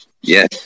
Yes